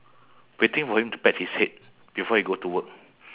waiting for him to pat his head before he go to work